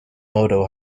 moto